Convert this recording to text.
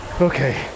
okay